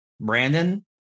Brandon